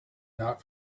not